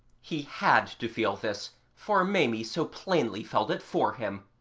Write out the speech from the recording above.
he had to feel this for maimie so plainly felt it for him.